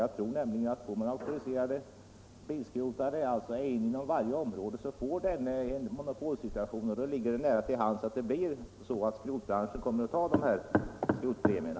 Jag tror nämligen att om man har en auktoriserad bilskrotare inom varje område, så uppstår det en monopolsituation för denne, och då ligger det nära till hands att det blir så att skrotbranschen tar skrotningspremierna.